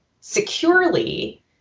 securely